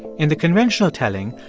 in the conventional telling,